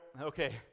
okay